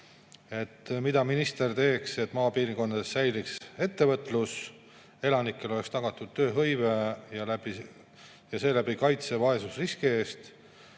Mida minister teeks, et maapiirkondades säiliks ettevõtlus, elanikele oleks tagatud tööhõive ja seeläbi kaitse vaesusriski eest?